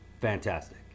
fantastic